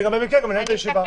במקרה אני גם מנהל את הישיבה.